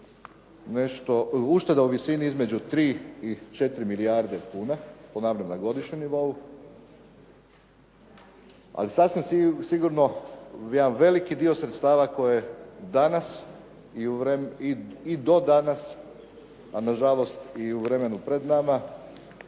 ušteda u visini između 3 i 4 milijarde kuna ponavljam na godišnjem nivou, ali sasvim sigurno jedan veliki dio sredstava koje danas i do danas, a na žalost i u vremenu pred nama